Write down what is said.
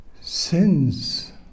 sins